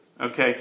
Okay